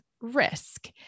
risk